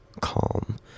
calm